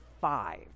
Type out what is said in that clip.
five